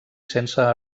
sense